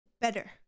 better